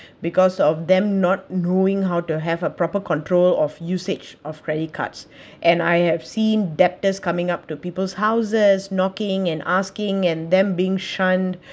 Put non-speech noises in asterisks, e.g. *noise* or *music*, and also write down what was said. because of them not knowing how to have a proper control of usage of credit cards *breath* and I have seen debtors coming up to people's houses knocking and asking and them being shunned